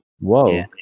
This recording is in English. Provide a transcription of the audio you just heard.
Whoa